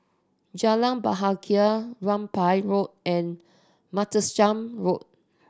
Jalan Bahagia Rambai Road and Martlesham Road